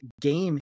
game